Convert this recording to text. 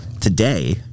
today